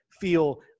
feel